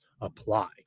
apply